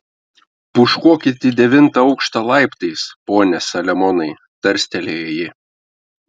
pūškuokit į devintą aukštą laiptais pone saliamonai tarstelėjo ji